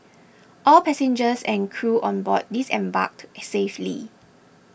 all passengers and crew on board disembarked safely